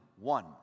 one